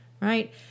right